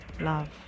love